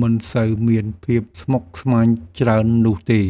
មិនសូវមានភាពស្មុគស្មាញច្រើននោះទេ។